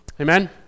Amen